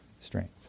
strength